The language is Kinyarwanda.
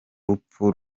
rupfu